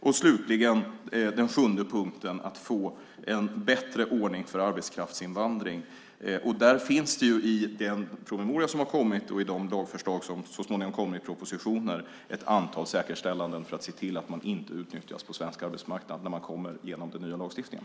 För det sjunde, slutligen, gäller det att få bättre ordning för arbetskraftsinvandring. I den promemoria som kommit och i de lagförslag som så småningom kommer i propositioner finns ett antal säkerställanden för att se till att man inte utnyttjas på den svenska arbetsmarknaden när man kommer via den nya lagstiftningen.